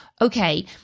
okay